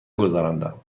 گذراندم